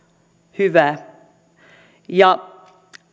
hyvä ja